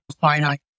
finite